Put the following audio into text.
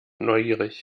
neugierig